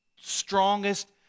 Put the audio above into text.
strongest